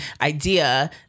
idea